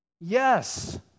Yes